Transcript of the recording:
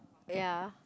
ya